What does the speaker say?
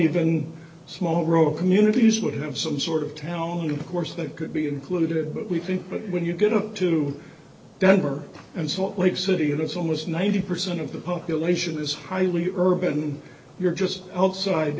even small row communities would have some sort of town of course that could be included but we think that when you get up to denver and salt lake city and it's almost ninety percent of the population is highly urban you're just outside